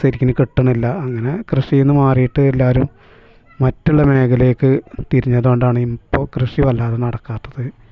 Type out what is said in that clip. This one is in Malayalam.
ശരിക്കിതിനു കിട്ടണില്ല അങ്ങനെ കൃഷിയിൽ നിന്നു മാറിയിട്ട് എല്ലാവരും മറ്റുള്ള മേഖലയിലേക്കു തിരിഞ്ഞത് കൊണ്ടാണ് ഇപ്പോൾ കൃഷി വല്ലാതെ നടക്കാത്തത്